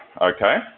okay